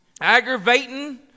aggravating